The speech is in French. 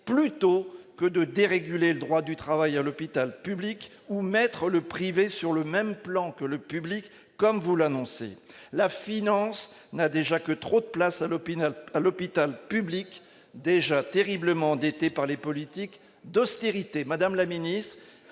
plutôt que de déréguler le droit du travail à l'hôpital public ou mettre le privé sur le même plan que le public, comme vous l'annoncez la finance n'a déjà que trop de place à l'hôpital, à l'hôpital public déjà terriblement endetté par les politiques d'austérité, Madame la Ministre,